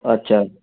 अच्छा